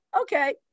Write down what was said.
okay